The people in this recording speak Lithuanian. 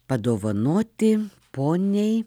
padovanoti poniai